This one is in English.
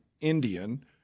Indian